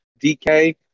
DK